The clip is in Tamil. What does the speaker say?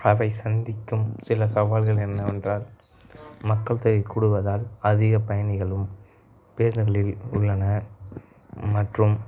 அவை சந்திக்கும் சில சவால்கள் என்னவென்றால் மக்கள் தொகை கூடுவதால் அதிக பயணிகளும் பேருந்துகளில் உள்ளன மற்றும்